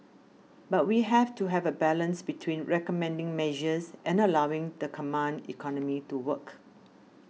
but we have to have a balance between recommending measures and allowing the command economy to work